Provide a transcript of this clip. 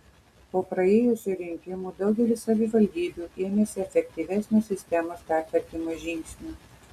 po praėjusių rinkimų daugelis savivaldybių ėmėsi efektyvesnio sistemos pertvarkymo žingsnių